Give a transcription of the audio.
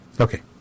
Okay